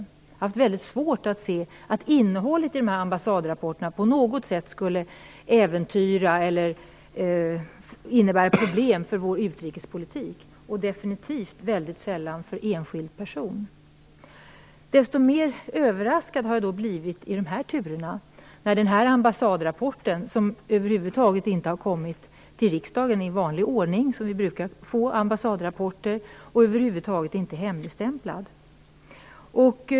Jag har haft väldigt svårt att se att innehållet i de ambassadrapporterna på något sätt skulle äventyra eller innebära problem för vår utrikespolitik och definitivt väldigt sällan för en enskild person. Desto mera överraskad har jag blivit i de här turerna. Den aktuella ambassadrapporten har över huvud taget inte kommit till riksdagen i vanlig ordning. Vi brukar ju få ambassadrapporter. Över huvud taget är den inte hemligstämplad.